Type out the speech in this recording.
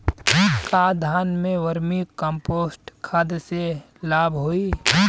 का धान में वर्मी कंपोस्ट खाद से लाभ होई?